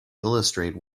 illustrate